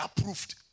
approved